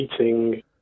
eating